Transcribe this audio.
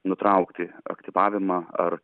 nutraukti aktyvavimą ar